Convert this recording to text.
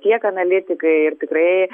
tiek analitikai ir tikrai